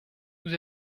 nous